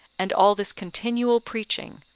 and all this continual preaching,